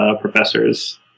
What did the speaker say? professors